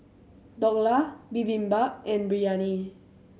Dhokla Bibimbap and Biryani